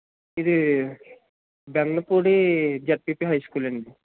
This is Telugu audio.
ఇది బెండపుడి జెట్పీపీ హై స్కూలండి